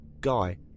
Guy